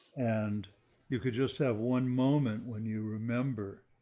and you could just have one moment when you remember